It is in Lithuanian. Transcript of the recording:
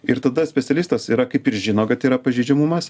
ir tada specialistas yra kaip ir žino kad yra pažeidžiamumas